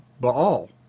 Baal